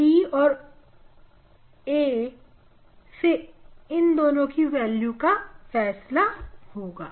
और d और a से इन दोनों की वैल्यू का फैसला होगा